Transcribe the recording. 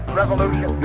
revolution